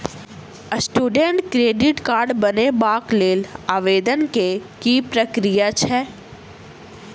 Student credit card बनेबाक लेल आवेदन केँ की प्रक्रिया छै?